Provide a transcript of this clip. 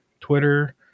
Twitter